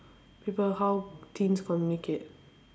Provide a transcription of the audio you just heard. people how things communicate